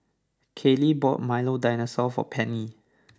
Kaley bought Milo Dinosaur for Penny